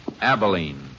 Abilene